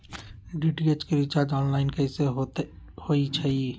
DTH के recharge online कैसे होईछई?